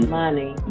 money